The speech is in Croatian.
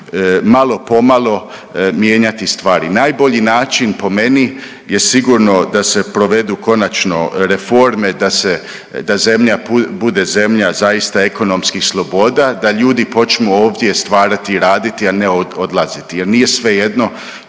malo po malo mijenjati stvari. Najbolji način po meni je sigurno da se provedu konačno reforme da zemlja bude zemlja zaista ekonomskih sloboda, da ljudi počnu ovdje stvarati i raditi, a ne odlaziti jer nije svejedno